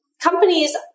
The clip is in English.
companies